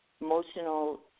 emotional